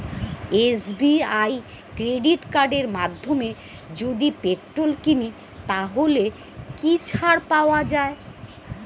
SBI credit কার্ডের মাধ্যমে যদি পেট্রোল কিনি তাহলে কি ছাড় পাওয়া যায়?